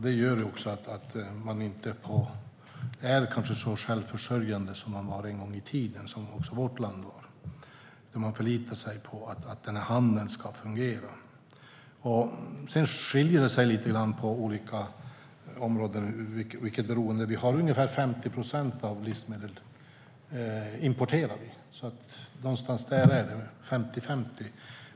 Det gör också att man kanske inte är så självförsörjande som man var en gång i tiden och som också vårt land var, utan man förlitar sig på att denna handel ska fungera. Sedan skiljer sig vårt beroende åt mellan olika områden. Vi importerar ungefär 50 procent av våra livsmedel. Det är alltså ungefär 50-50.